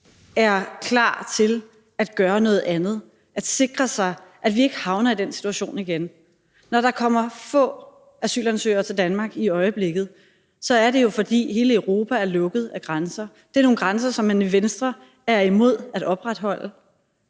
er klar til at gøre noget andet og sikre sig, at vi ikke havner i den situation igen. Når der kommer få asylansøgere til Danmark i øjeblikket, er det jo, fordi hele Europa har lukket sine grænser. Det er nogle grænser, som man i Venstre er imod at opretholde.